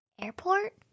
airport